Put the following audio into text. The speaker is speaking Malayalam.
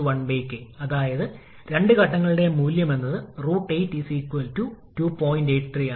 65 ഈ പ്രത്യേക തലത്തിലുള്ള പി 3 ലെ സമ്മർദ്ദം ഇപ്പോൾ നമുക്കറിയാം